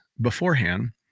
beforehand